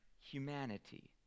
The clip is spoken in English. humanity